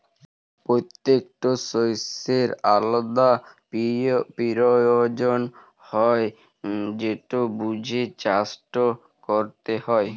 পত্যেকট শস্যের আলদা পিরয়োজন হ্যয় যেট বুঝে চাষট ক্যরতে হয়